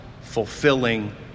fulfilling